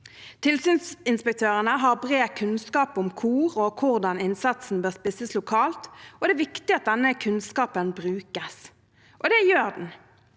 Tilsynsinspektørene har bred kunnskap om hvor og hvordan innsatsen bør spisses lokalt, og det er viktig at denne kunnskapen brukes – og det gjør den.